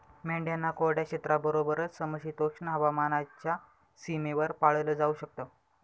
मेंढ्यांना कोरड्या क्षेत्राबरोबरच, समशीतोष्ण हवामानाच्या सीमेवर पाळलं जाऊ शकत